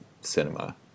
cinema